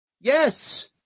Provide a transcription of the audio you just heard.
Yes